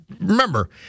remember